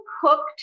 cooked